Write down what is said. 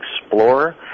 explorer